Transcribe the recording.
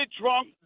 drunk